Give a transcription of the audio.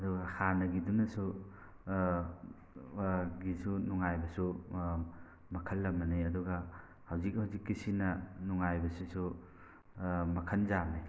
ꯑꯗꯨꯒ ꯍꯥꯟꯅꯒꯤꯗꯨꯅꯁꯨ ꯒꯤꯁꯨ ꯅꯨꯡꯉꯥꯏꯕꯁꯨ ꯃꯈꯜ ꯑꯃꯅꯤ ꯑꯗꯨꯒ ꯍꯧꯖꯤꯛ ꯍꯧꯖꯤꯛꯀꯤꯁꯤꯅ ꯅꯨꯡꯉꯥꯏꯕꯁꯤꯁꯨ ꯃꯈꯜ ꯌꯥꯝꯃꯤ